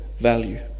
value